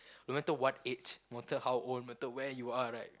no matter what age no matter how old no matter where you are right